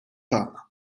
tagħna